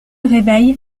réveille